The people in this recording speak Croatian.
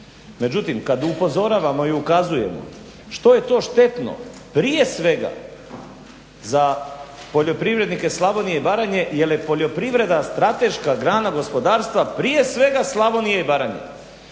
Međutim, kad upozoravamo i ukazujemo što je to štetno prije svega za poljoprivrednike Slavonije i Baranje, jer je poljoprivreda strateška grana gospodarstva prije svega Slavonije i Baranje.